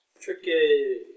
Tricky